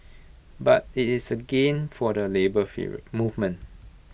but IT is A gain for the labour movement